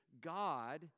God